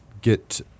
get